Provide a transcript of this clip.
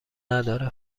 نداره